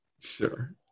Sure